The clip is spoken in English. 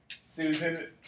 Susan